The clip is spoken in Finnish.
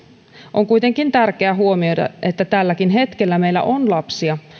on kuitenkin tärkeä huomioida että tälläkin hetkellä meillä on lapsia